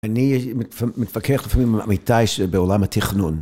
אני מתווכח לפעמים עם עמיתי שבעולם התכנון.